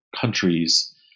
countries